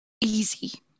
easy